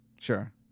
Sure